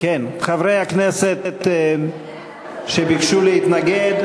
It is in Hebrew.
חברי הכנסת שביקשו להתנגד,